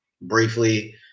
briefly